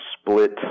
split